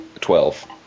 Twelve